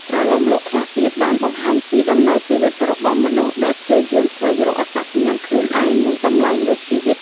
ប្រលោមលោកខ្លះទៀតបានបង្ហាញពីដំណើរជីវិតរបស់មនុស្សដែលព្យាយាមស្វែងរកអត្តសញ្ញាណខ្លួនឯង និងតម្លៃនៃជីវិត។